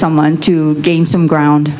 someone to gain some ground